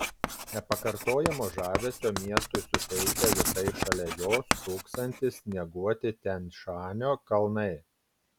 nepakartojamo žavesio miestui suteikia visai šalia jo stūksantys snieguoti tian šanio kalnai